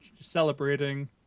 celebrating